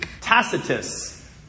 Tacitus